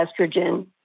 estrogen